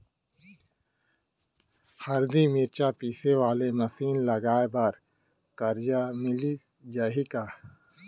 हरदी, मिरचा पीसे वाले मशीन लगाए बर करजा मिलिस जाही का?